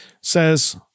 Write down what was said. says